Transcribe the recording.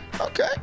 okay